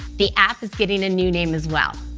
the app is getting a new name as well.